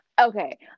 Okay